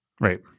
right